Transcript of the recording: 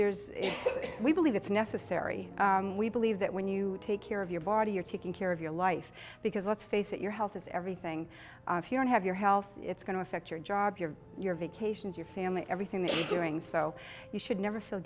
there's we believe it's necessary we believe that when you take care of your body you're taking care of your life because let's face it your health is everything if you don't have your health it's going to affect your job your your vacations your family everything the doing so you should never feel